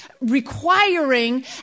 requiring